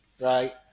right